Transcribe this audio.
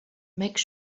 make